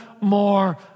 more